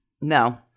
no